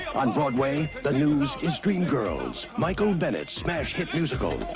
on broadway the news is dreamgirls, michael bennett's smash hit musical.